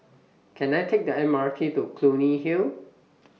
Can I Take The M R T to Clunny Hill